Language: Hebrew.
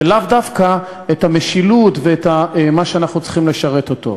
ולאו דווקא במשילות ובמה שאנחנו צריכים לשרת אותו.